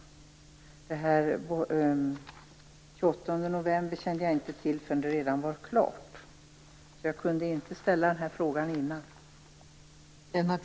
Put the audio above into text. Det statsrådet nämnde om den 28 november kände jag inte till förrän det redan var klart, så jag kunde inte ställa den här frågan innan dess.